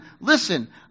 listen